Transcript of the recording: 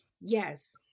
yes